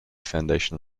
foundation